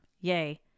Yay